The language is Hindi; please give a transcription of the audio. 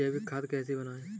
जैविक खाद कैसे बनाएँ?